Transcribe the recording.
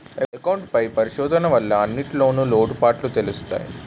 account పై పరిశోధన వల్ల అన్నింటిన్లో లోటుపాటులు తెలుత్తయి